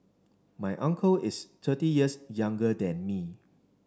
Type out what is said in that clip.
my uncle is thirty years younger than me